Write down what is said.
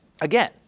Again